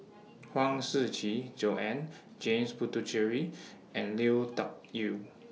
Huang Shiqi Joan James Puthucheary and Lui Tuck Yew